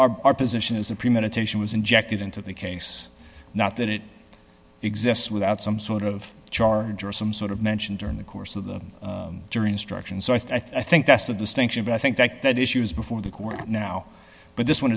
are our position is that premeditation was injected into the case not that it exists without some sort of charge or some sort of mention during the course of the jury instruction so i think that's a distinction but i think that that issues before the court now but this one